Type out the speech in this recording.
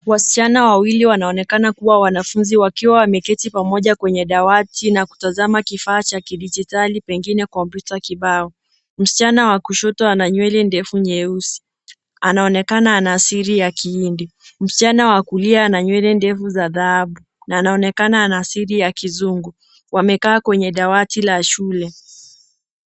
Wasichana wawili wanaonekana kuwa wanafunzi wakiwa wameketi pamoja kwenye dawati na kutazama kifaa cha kidijitali pengine kompyuta kibao. Msichana wa kushoto ana nywele ndefu nyeusi, anaonekana ana siri ya kihindi, msichana wa kulia ana nywele ndefu za dhahabu na anaonekana ana siri ya kizungu, wamekaa kwenye dawati ya shule.